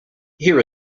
here